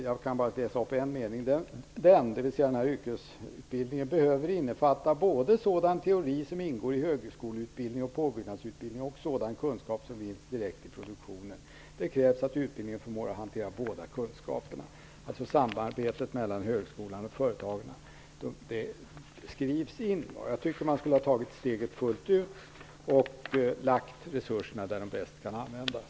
Jag kan återge en mening, där det står att yrkesutbildningen behöver innefatta både sådan teori som ingår i högskoleutbildning och påbyggnadsutbildning och sådan kunskap som vinns direkt i produktionen. Det krävs att utbildningen förmår hantera båda kunskaperna. Samarbetet mellan högskolorna och företagen skrivs alltså in. Jag tycker att man skulle ha tagit steget fullt ut, och lagt resurserna där de bäst kan användas.